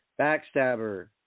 Backstabber